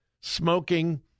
smoking